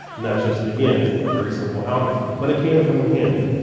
and that's just again, very simple algebra, but it can come in handy.